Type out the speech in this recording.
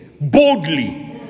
boldly